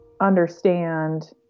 understand